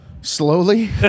Slowly